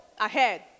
ahead